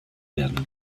werden